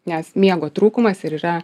nes miego trūkumas ir yra